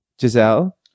Giselle